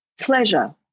Pleasure